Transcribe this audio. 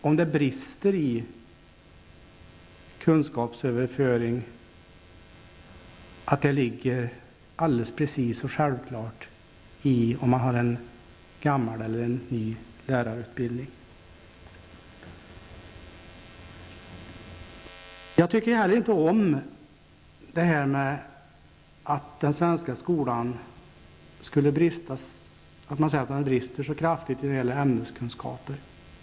Om det brister i kunskapsöverföring tror jag inte att det alldeles självklart beror på vilken lärarutbildning man har, den nya eller den gamla. Jag tycker inte heller om att man säger att den svenska skolan brister så kraftigt när det gäller ämneskunskaper.